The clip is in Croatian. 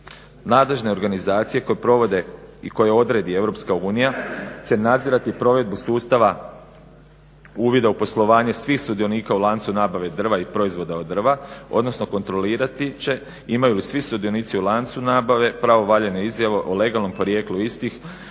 Nadležne organizacije koje provode i koje odredi EU će nadzirati provedbu sustava uvida u poslovanje svih sudionika u lancu nabave drva i proizvoda od drva odnosno kontrolirati će imaju li svi sudionici u lancu nabave pravovaljane izjave o legalnom porijeklu istih